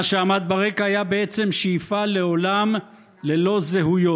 מה שעמד ברקע היה בעצם שאיפה לעולם ללא זהויות.